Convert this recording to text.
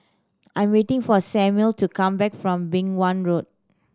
I'm waiting for Samuel to come back from Beng Wan Road